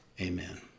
Amen